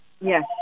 Yes